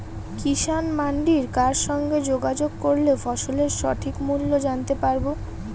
কিষান মান্ডির কার সঙ্গে যোগাযোগ করলে ফসলের সঠিক মূল্য জানতে পারবো?